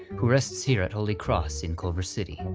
who rests here at holy cross in culver city.